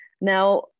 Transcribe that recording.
Now